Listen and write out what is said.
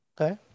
Okay